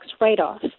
write-off